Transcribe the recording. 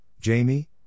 Jamie